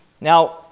Now